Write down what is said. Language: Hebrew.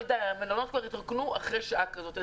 אבל המלונות כבר התרוקנו אחרי שעה כזו.